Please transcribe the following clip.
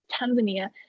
Tanzania